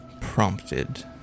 Prompted